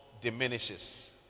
diminishes